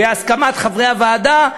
בהסכמת חברי הוועדה,